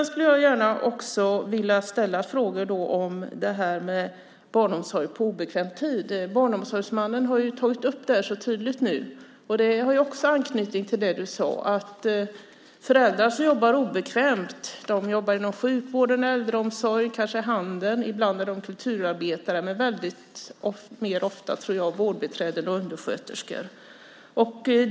Jag skulle gärna vilja ställa frågor om barnomsorg på obekväm tid. Barnombudsmannen har tagit upp det här tydligt. Det har också anknytning till det du sade. Många föräldrar jobbar obekvämt, inom sjukvården, äldreomsorgen, handeln, ibland är det kulturarbetare men väldigt ofta vårdbiträde och undersköterskor.